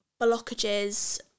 blockages